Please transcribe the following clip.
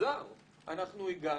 מוזר אנחנו הגענו.